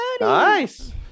Nice